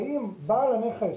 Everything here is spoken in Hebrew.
ואם בעל הנכס